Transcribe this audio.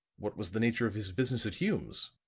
what was the nature of his business at hume's?